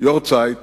יארצייט